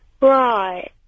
Right